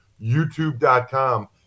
youtube.com